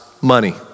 money